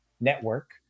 Network